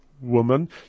Woman